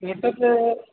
एतद्